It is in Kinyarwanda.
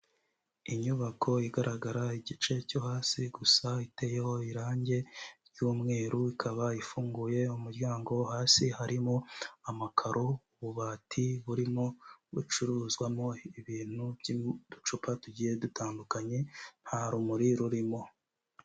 Inyubako igaragara igice cyo hasi gusa, iteyeho irange ry'umweru, ikaba ifunguye umuryango, hasi harimo amakaro, ububati burimo bucuruzwamo ibintu by'uducupa tugiye dutandukanye, nta rumuri rurimo.